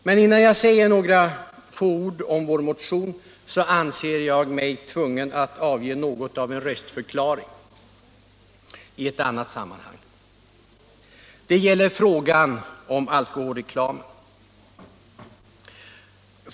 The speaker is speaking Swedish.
Men innan jag säger några få ord om vår motion anser jag mig tvungen att avge något av en röstförklaring i ett annat sammanhang. Det gäller frågan om alkoholreklamen.